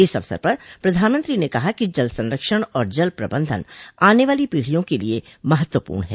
इस अवसर पर प्रधानमंत्री ने कहा कि जल संरक्षण और जल प्रबंधन आने वाली पीढियों के लिए महत्व्पूर्ण है